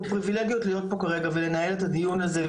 פריבילגיות להיות פה כרגע ולנהל את הדיון הזה.